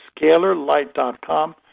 scalarlight.com